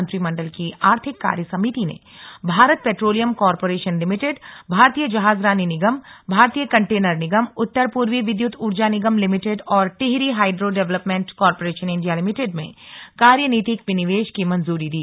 मंत्रिमण्डल की आर्थिक कार्य समिति ने भारत पेट्रोलियम कार्परेशन लिमिटेड भारतीय जहाजरानी निगम भारतीय कंटेनर निगम उत्तर पूर्वी विद्युत ऊर्जा निगम लिमिटेड और Tehri hydro development corporation India limited में कार्यनीतिक विनिवेश की मंजूरी दी